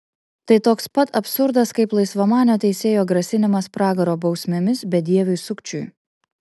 tai toks pat absurdas kaip laisvamanio teisėjo grasinimas pragaro bausmėmis bedieviui sukčiui